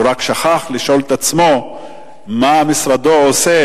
הוא רק שכח לשאול את עצמו מה משרדו עושה